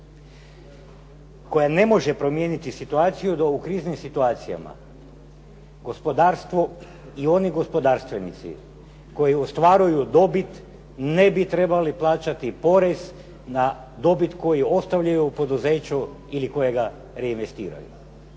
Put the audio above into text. koja ne može promijeniti situaciju da u kriznim situacijama gospodarstvo i oni gospodarstvenici koji ostvaruju dobit ne bi trebali plaćati porez na dobit koji ostavljaju u poduzeću ili kojega reinvestiraju.